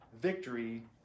victory